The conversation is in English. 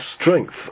strength